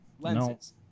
lenses